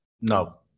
No